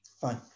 Fine